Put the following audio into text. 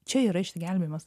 čia yra išsigelbėjimas